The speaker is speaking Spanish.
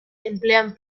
emplean